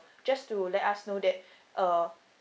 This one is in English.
just to let us know that uh